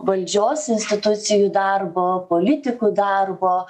valdžios institucijų darbo politikų darbo